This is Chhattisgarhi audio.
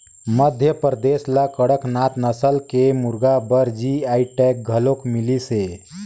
मध्यपरदेस ल कड़कनाथ नसल के मुरगा बर जी.आई टैग घलोक मिलिसे